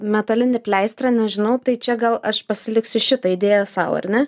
metalinį pleistrą nežinau tai čia gal aš pasiliksiu šitą idėją sau ar ne